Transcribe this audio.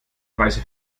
preise